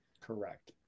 Correct